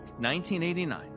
1989